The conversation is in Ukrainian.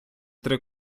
три